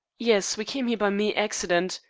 yes. we came here by mere accident.